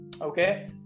okay